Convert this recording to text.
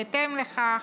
בהתאם לכך,